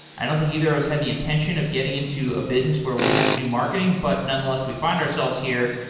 i don't think either of us had the intention of getting into a business where we would have to do marketing, but nonetheless, we find ourselves here.